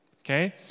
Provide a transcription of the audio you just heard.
okay